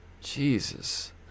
Jesus